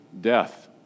death